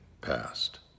passed